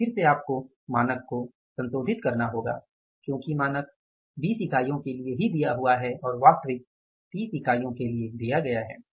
तो फिर से आपको मानक को संशोधित करना होगा क्योंकि मानक 20 इकाइयों के लिए दिया हुआ है और वास्तविक 30 इकाइयों के लिए दिया गया है